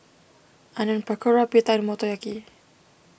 Onion Pakora Pita and Motoyaki